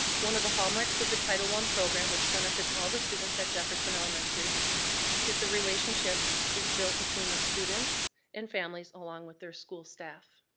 one of the hallmarks of the title i program which benefits all the students at jefferson elementary is the relationship is built between the students and families, along with their school staff.